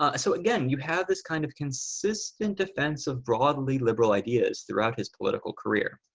ah so again, you have this kind of consistent defensive broadly liberal ideas throughout his political career.